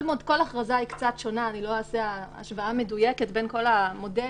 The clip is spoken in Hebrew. כל הכרזה קצת שונה ואני לא אעשה השוואה מדויקת בין כל המודלים,